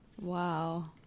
wow